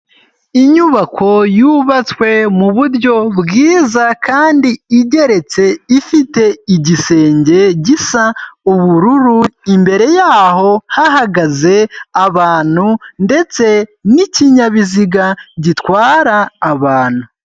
Inyubako yubatswe mu buryo bwiza kandi igeretse ifite igisenge gisa ubururu, imbere yaho hahagaze abantu ndetse n'ikinyabiziga gitwara abantu.